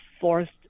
forced